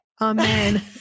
Amen